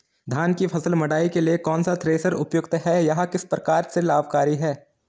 धान की फसल मड़ाई के लिए कौन सा थ्रेशर उपयुक्त है यह किस प्रकार से लाभकारी है?